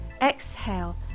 exhale